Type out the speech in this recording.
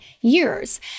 years